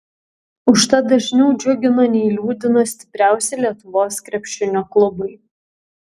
užtat dažniau džiugino nei liūdino stipriausi lietuvos krepšinio klubai